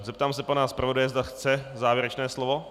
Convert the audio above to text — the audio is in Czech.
Zeptám se pana zpravodaje, zda chce závěrečné slovo.